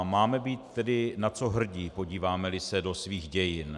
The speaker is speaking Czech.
Máme být tedy na co hrdi, podívámeli se do svých dějin.